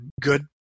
good